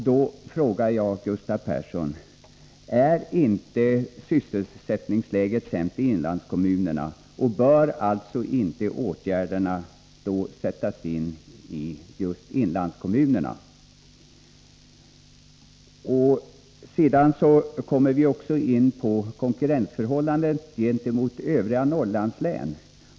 Då frågar jag Gustav Persson: Är inte sysselsättningsläget sämst i inlandskommunerna? Och bör då inte åtgärderna sättas in i just inlandskommunerna? Vi kommer också in på konkurrensförhållandet gentemot övriga Norrlandslän.